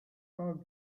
dog